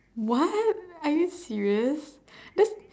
what are you serious that's